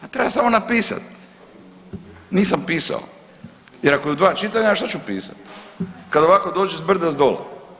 A treba samo napisati, nisam pisao, jer ako je u dva čitanja što ću pisati kada ovako dođe s brda, s dola.